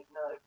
no